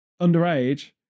underage